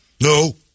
no